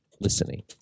listening